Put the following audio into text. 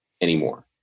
anymore